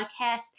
podcast